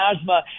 asthma